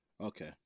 Okay